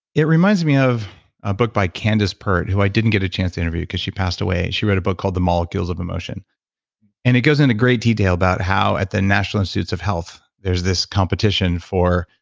it reminds me of a book by candace pert who i didn't get a chance to interview because she passed away. she wrote a book called the molecules of emotion and it goes into great detail about how at the national institutes of health, there's this competition for